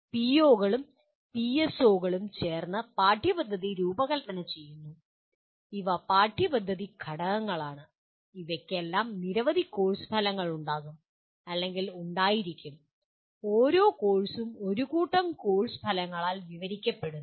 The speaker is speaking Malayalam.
ഈ പിഒകളും പിഎസ്ഒകളും ചേർന്ന് പാഠ്യപദ്ധതി രൂപകൽപ്പന ചെയ്യുന്നു ഇവ പാഠ്യപദ്ധതി ഘടകങ്ങളാണ് അവയ്ക്കെല്ലാം നിരവധി കോഴ്സുകൾ ഉണ്ടാകും അല്ലെങ്കിൽ ഉണ്ടായിരിക്കും ഓരോ കോഴ്സും ഒരു കൂട്ടം കോഴ്സ് ഫലങ്ങളാൽ വിവരിക്കപ്പെടുന്നു